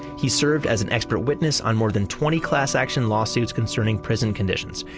he served as an expert witness on more than twenty class action lawsuits concerning prison conditions.